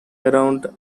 around